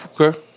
Okay